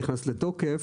נכנס לתוקף,